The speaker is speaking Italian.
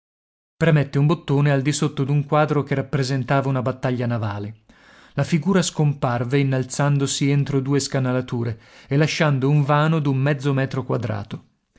premette un bottone al disotto d'un quadro che rappresentava una battaglia navale la figura scomparve innalzandosi entro due scanalature e lasciando un vano d'un mezzo metro quadrato